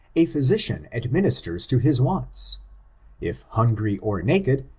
a physician administers to his wants if hungry or naked,